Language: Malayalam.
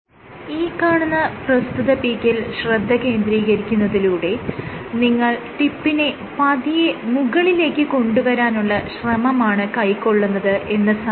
ഈ കാണുന്ന പ്രസ്തുത പീക്കിൽ ശ്രദ്ധ കേന്ദ്രീകരിക്കുന്നതിലൂടെ നിങ്ങൾ ടിപ്പിനെ പതിയെ മുകളിലേക്ക് കൊണ്ടുവരാനുള്ള ശ്രമമാണ് കൈക്കൊള്ളുന്നത് എന്ന് സാരം